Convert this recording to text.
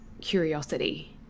curiosity